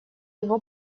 его